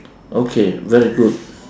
okay very good